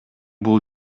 бул